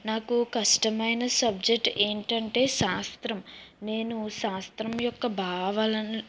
నాకు కష్టమైన సబ్జెక్ట్ ఏంటంటే శాస్త్రం నేను శాస్త్రం యొక్క భావాలను